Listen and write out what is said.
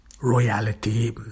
royalty